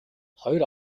хоёр